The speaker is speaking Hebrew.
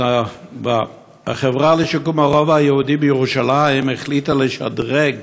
החברה לשיקום הרובע היהודי בירושלים החליטה לשדרג